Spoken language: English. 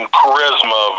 Charisma